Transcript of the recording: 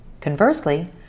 Conversely